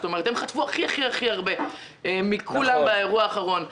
זאת אומרת שהם חטפו הכי הכי הכי הרבה מכולם באירוע האחרון.